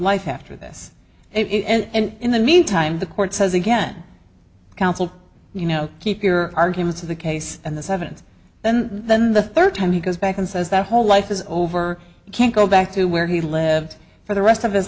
life after this it and in the meantime the court says again counsel you know keep your arguments of the case and this evidence then then the third time he goes back and says that whole life is over you can't go back to where he lived for the rest of his